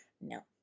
No